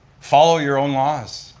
follow your own laws,